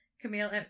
Camille